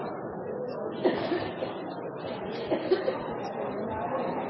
Dette er